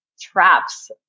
traps